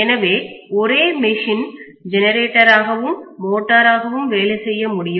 எனவே ஒரே machine generator ஆகவும் மோட்டார் ஆகவும் வேலை செய்ய முடியும்